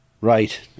right